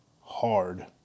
hard